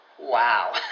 Wow